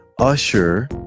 usher